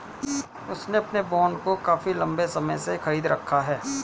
उसने अपने बॉन्ड को काफी लंबे समय से खरीद रखा है